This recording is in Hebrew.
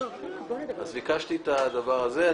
אז ביקשתי את הדבר הזה.